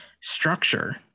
structure